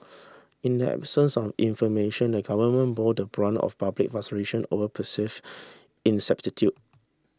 in the absence of information the government bore the brunt of public frustration over perceive ineptitude